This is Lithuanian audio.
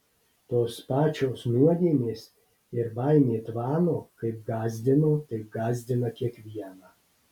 tos pačios nuodėmės ir baimė tvano kaip gąsdino taip gąsdina kiekvieną